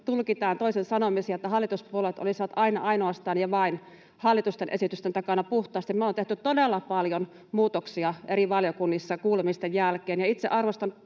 tulkitaan toisen sanomisia, että hallituspuolueet olisivat aina ainoastaan ja vain hallitusten esitysten takana puhtaasti. Me ollaan tehty todella paljon muutoksia eri valiokunnissa kuulemisten jälkeen, ja itse arvostan